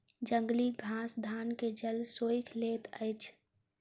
जंगली घास धान के जल सोइख लैत अछि